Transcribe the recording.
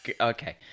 okay